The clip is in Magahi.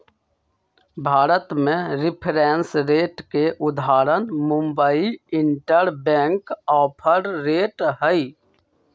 भारत में रिफरेंस रेट के उदाहरण मुंबई इंटरबैंक ऑफर रेट हइ